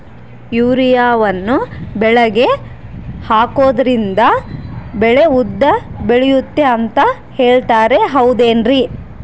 ಯೂರಿಯಾವನ್ನು ಬೆಳೆಗೆ ಹಾಕೋದ್ರಿಂದ ಬೆಳೆ ಉದ್ದ ಬೆಳೆಯುತ್ತೆ ಅಂತ ಹೇಳ್ತಾರ ಹೌದೇನ್ರಿ?